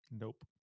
Nope